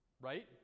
Right